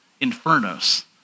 infernos